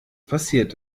passiert